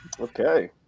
Okay